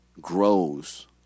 grows